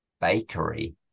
bakery